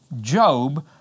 Job